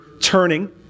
turning